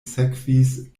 sekvis